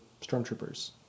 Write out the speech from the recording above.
stormtroopers